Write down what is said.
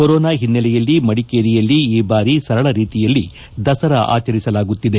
corona ಹಿನ್ನಲೆಯಲ್ಲಿ ಮಡಿಕೇರಿಯಲ್ಲಿ ಈ ಬಾರಿ ಸರಳ ರೀತಿಯಲ್ಲಿ ದಸರಾ ಆಚರಿಸಲಾಗುತ್ತಿದೆ